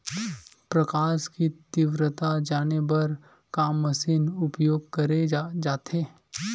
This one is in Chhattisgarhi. प्रकाश कि तीव्रता जाने बर का मशीन उपयोग करे जाथे?